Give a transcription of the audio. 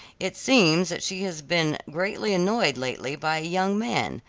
it seems that she has been greatly annoyed lately by a young man,